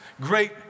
great